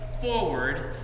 forward